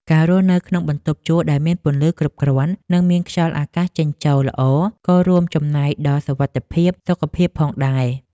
ការរស់នៅក្នុងបន្ទប់ជួលដែលមានពន្លឺគ្រប់គ្រាន់និងមានខ្យល់អាកាសចេញចូលល្អក៏រួមចំណែកដល់សុវត្ថិភាពសុខភាពផងដែរ។